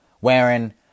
wearing